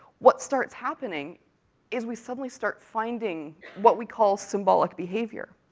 what starts happening is we suddenly start finding what we call symbolic behaviour.